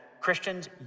Christians